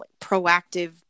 proactive